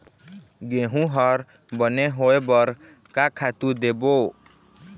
गेहूं हर बने होय बर का खातू देबो?